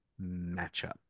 matchup